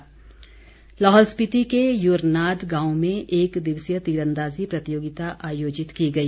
तीरंदाज़ी लाहौल स्पीति के युरनाद गांव में एक दिवसीय तीरंदाज़ी प्रतियोगिता आयोजित की गई